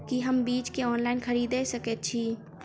की हम बीज केँ ऑनलाइन खरीदै सकैत छी?